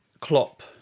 Klopp